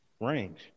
range